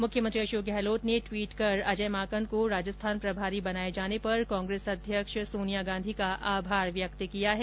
मुख्यमंत्री अशोक गहलोत ने ट्वीट कर अजय माकन को राजस्थान प्रभारी बनाए जाने पर कांग्रेस अध्यक्ष सोनिया गांधी का आभार व्यक्त किया है